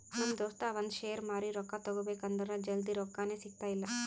ನಮ್ ದೋಸ್ತ ಅವಂದ್ ಶೇರ್ ಮಾರಿ ರೊಕ್ಕಾ ತಗೋಬೇಕ್ ಅಂದುರ್ ಜಲ್ದಿ ರೊಕ್ಕಾನೇ ಸಿಗ್ತಾಯಿಲ್ಲ